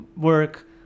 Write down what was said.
work